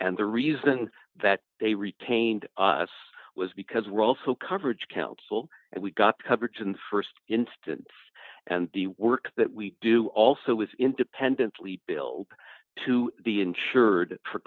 and the reason that they retained us was because we're also coverage counsel and we got coverage in the st instance and the work that we do also was independently built to be insured for